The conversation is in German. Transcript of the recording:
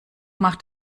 macht